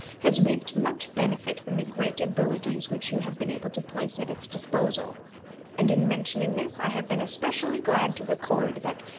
has reaped much benefit from the great abilities which you have been able to place at its disposal and in mentioning this, i have been especially glad to record that,